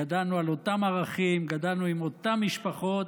גדלנו על אותם ערכים, גדלנו עם אותן משפחות,